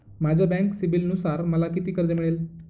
माझ्या बँक सिबिलनुसार मला किती कर्ज मिळेल?